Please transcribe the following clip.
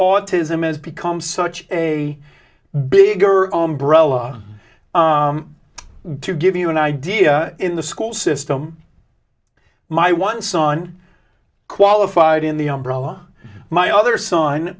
autism has become such a big her own broa to give you an idea in the school system my one son qualified in the umbrella my other son